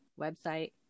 website